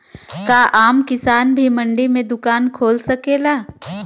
का आम किसान भी मंडी में दुकान खोल सकेला?